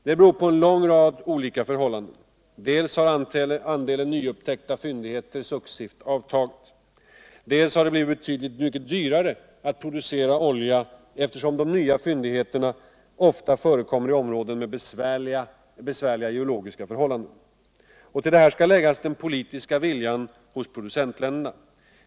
Detta beror på en lång rad olika förhållanden: dels har andelen nyupptäckta fyndigheter successivt avtagit, dels har det blivit betydligt dyrare att producera ofta, eftersom de nya fyndigheterna oftast förekommer i områden med besvärliga geologiska förhållanden. Till detta skall läggas den polituska viljan hos producentlinderna.